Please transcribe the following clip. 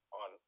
on